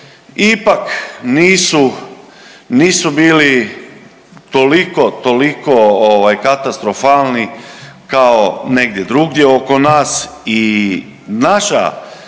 nisu bili toliko, toliko katastrofalni kao negdje drugdje oko nas i naša